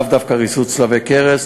לאו דווקא ריסוס צלבי קרס,